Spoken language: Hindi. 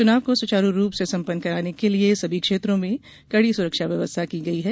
चुनाव को सुचारु रूप से संपन्न कराने के लिए सभी क्षेत्रों में कड़ी सुरक्षा व्यवस्था की गई हैं